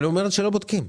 היא אומרת שלא בודקים.